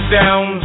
down